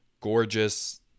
gorgeous